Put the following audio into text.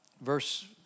verse